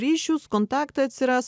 ryšius kontaktai atsiras